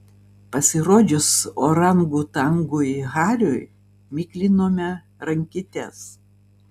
pasirodžius orangutangui hariui miklinome rankytes